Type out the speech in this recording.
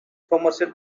somerset